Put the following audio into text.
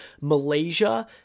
Malaysia